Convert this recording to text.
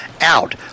out